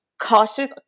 Cautious